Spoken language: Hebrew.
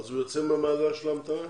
הוא יוצא ממעגל ההמתנה?